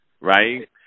right